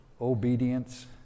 obedience